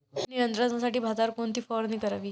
कीड नियंत्रणासाठी भातावर कोणती फवारणी करावी?